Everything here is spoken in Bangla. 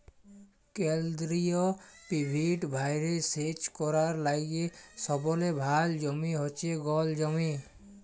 কেলদিরিয় পিভট ভাঁয়রে সেচ ক্যরার লাইগে সবলে ভাল জমি হছে গল জমি